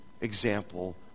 example